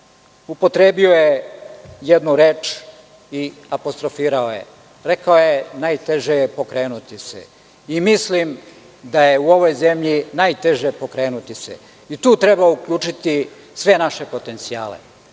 upotrebio je jednu reč i apostrofirao je. Rekao je najteže je pokrenuti se, i mislim da je u ovoj zemlji najteže pokrenuti se. I tu treba uključiti sve naše potencijale. Što